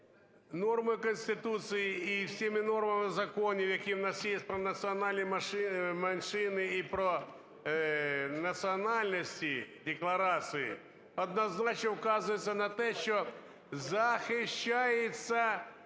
норма Конституції і всіма нормами законів, які у нас є про національні меншини і про національності декларації, однозначно вказується на те, що захищаються